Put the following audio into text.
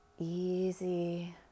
Easy